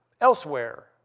elsewhere